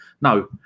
No